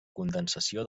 condensació